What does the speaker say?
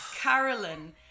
Carolyn